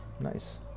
Nice